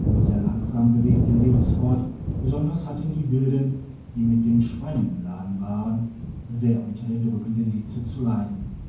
nur sehr langsam bewegten wir uns fort besonders hatten die wilden die mit den schweinen beladen waren sehr unter der drückenden hitze zu leiden